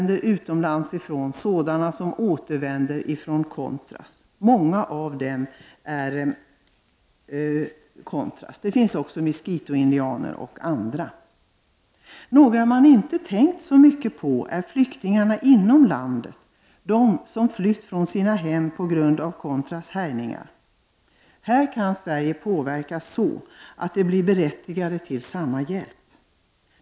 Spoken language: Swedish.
Det gäller sådana som återvänder från utlandet och de som tillhört contras. Det finns också misquitoindianer och andra. Människor som man inte tänkt så mycket på i det sammanhanget är flyktingar inom landet, de som flytt från sina hem på grund av contras härjningar. Sverige kan utöva påverkan så att dessa blir berättigade till samma hjälp.